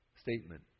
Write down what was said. statement